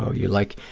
ah you like,